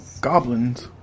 goblins